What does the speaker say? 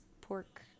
pork